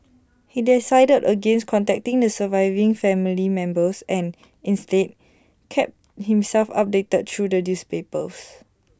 he decided against contacting the surviving family members and instead kept himself updated through the newspapers